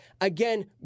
Again